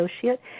associate